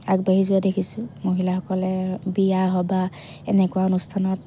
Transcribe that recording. আগবাঢ়ি যোৱা দেখিছোঁ মহিলাসকলে বিয়া সবাহ এনেকুৱা অনুষ্ঠানত